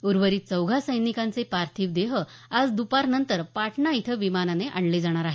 उर्वरित चौघा सैनिकांचे पार्थिव देह आज दपारनंतर पाटणा इथं विमानाने आणले जाणार आहेत